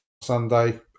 Sunday